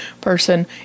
person